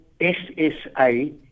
ssa